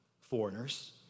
Foreigners